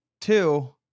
two